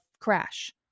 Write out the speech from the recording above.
crash